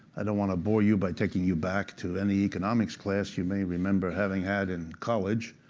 i don't want to bore you by taking you back to any economics class you may remember having had in college.